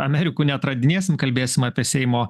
amerikų neatradinėsim kalbėsim apie seimo